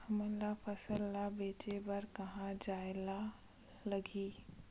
हमन ला फसल ला बेचे बर कहां जाये ला लगही?